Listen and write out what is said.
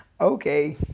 okay